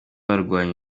w’abarwanyi